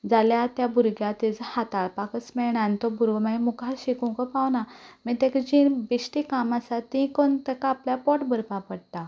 जाल्यार त्या भुरग्याक हाताळपाकूच मेळना आनी तो भुरगो मागीर मुखार शिकुंकूय पावना मागीर ताका जीं बेश्टीं कामां आसा तीं करून अपल्या पोट भरपा पडटा